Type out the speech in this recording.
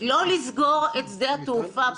לסגור את שדה התעופה.